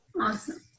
Awesome